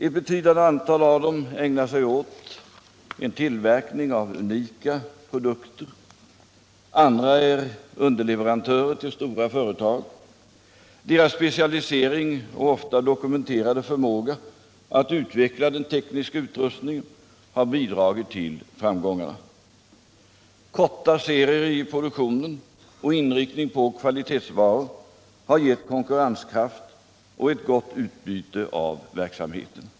Ett betydande antal av dem ägnar sig åt tillverkning av unika produkter, andra är underleverantörer till stora företag. Deras specialisering och ofta dokumenterade förmåga att utveckla den tekniska utrustningen har bidragit till framgångarna. Korta serier i produktionen och inriktning på kvalitetsvaror har gett konkurrenskraft och ett gott utbyte av verksamheten.